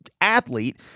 athlete